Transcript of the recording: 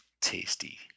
Tasty